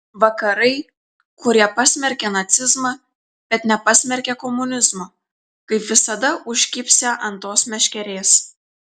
vakarai kurie pasmerkė nacizmą bet nepasmerkė komunizmo kaip visada užkibsią ant tos meškerės